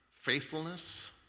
faithfulness